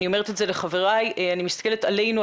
אני אומרת את זה לחבריי אני מסתכלת עלינו,